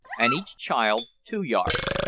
and each child two yards,